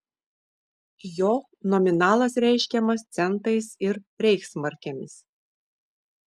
jo nominalas reiškiamas centais ir reichsmarkėmis